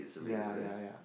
ya ya ya